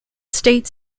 state